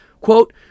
Quote